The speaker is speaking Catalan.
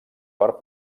part